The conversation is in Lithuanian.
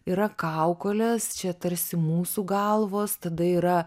yra kaukolės čia tarsi mūsų galvos tada yra